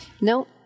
No